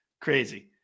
crazy